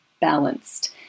balanced